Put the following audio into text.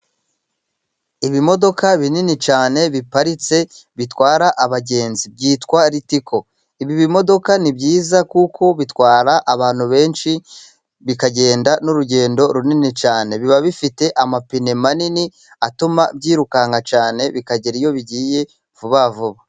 Ibimodoka binini cyane biparitse bitwara abagenzi byitwa Ritiko. Ibi bimodoka ni byiza kuko bitwara abantu benshi, bikagenda n'urugendo runini cyane. Biba bifite amapine manini atuma byirukanka cyane, bikagera iyo bigiye vuba vuba.